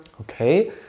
Okay